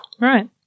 Right